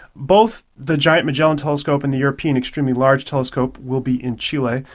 both the giant magellan telescope and the european extremely large telescope will be in chile.